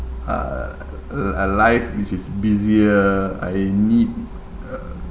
uh a a life which is busier I need uh